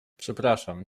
przepraszam